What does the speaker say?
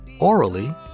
orally